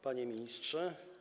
Panie Ministrze!